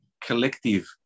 collective